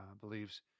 believes